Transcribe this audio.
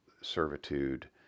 servitude